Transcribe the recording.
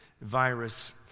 virus